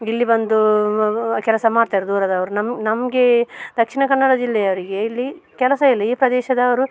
ಇಲ್ಲಿ ಬಂದು ಕೆಲಸ ಮಾಡ್ತಾರೆ ದೂರದವರು ನಮ್ಮ ನಮಗೆ ದಕ್ಷಿಣ ಕನ್ನಡ ಜಿಲ್ಲೆಯವರಿಗೆ ಇಲ್ಲಿ ಕೆಲಸ ಇಲ್ಲ ಈ ಪ್ರದೇಶದವರು